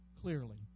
clearly